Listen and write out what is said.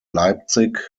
leipzig